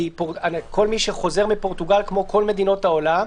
כי כל מי שחוזר מפורטוגל כמו כל מדינות העולם,